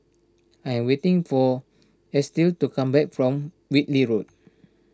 I am waiting for Estill to come back from Whitley Road